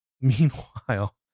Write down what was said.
Meanwhile